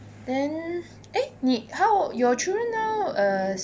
then eh 你 how your children now err